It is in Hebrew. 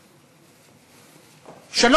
ג.